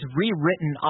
rewritten